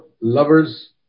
lovers